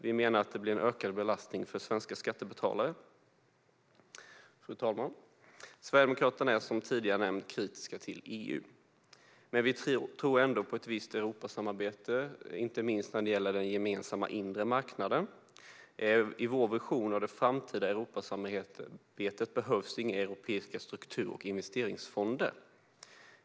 Vi menar att detta innebär en ökad belastning för svenska skattebetalare. Fru talman! Sverigedemokraterna är, som jag tidigare nämnt, kritiska till EU. Vi tror dock på ett visst Europasamarbete, inte minst när det gäller den gemensamma inre marknaden. I vår vision av det framtida Europasamarbetet behövs inga europeiska struktur och investeringsfonder.